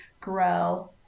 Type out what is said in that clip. grow